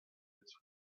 its